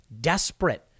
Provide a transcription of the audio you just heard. desperate